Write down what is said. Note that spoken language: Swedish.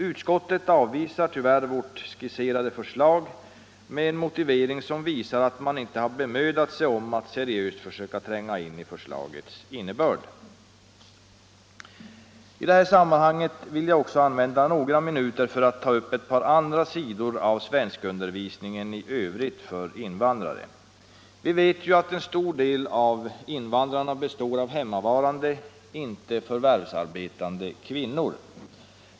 Utskottet avvisar tyvärr vårt skisserade förslag med en motivering som ger vid handen att man inte bemödat sig om att seriöst försöka tränga in i förslagets innebörd. I det här sammanhanget vill jag använda några minuter för att ta upp ett par andra sidor av svenskundervisningen i övrigt för invandrare. Vi vet att en stor del av invandrarna består av hemmavarande, inte förvärvsarbetande kvinnor.